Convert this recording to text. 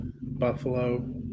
Buffalo